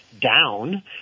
down